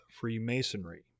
Freemasonry